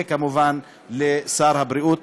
וכמובן לשר הבריאות.